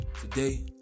today